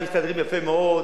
הם מסתדרים יפה מאוד.